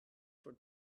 for